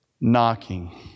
knocking